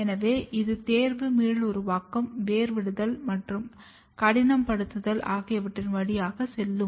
எனவே இது தேர்வு மீளுருவாக்கம் வேர்விடுதல் மற்றும் கடினப்படுத்துதல் ஆகியவற்றின் வழியாக செல்லும்